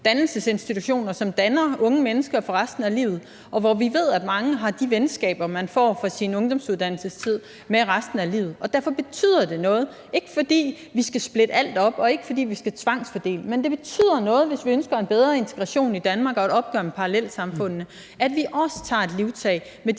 dannelsesinstitutioner, som danner unge mennesker for resten af livet. Og vi ved, at mange har de venskaber, de får i deres ungdomsuddannelsestid, med resten af livet. Derfor betyder det noget – og det er ikke, fordi vi skal splitte alt op, og ikke fordi vi skal tvangsfordele , men hvis vi ønsker en bedre integration i Danmark og et opgør med parallelsamfundene – at vi også tager livtag med de